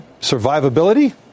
survivability